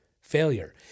failure